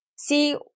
see